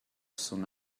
son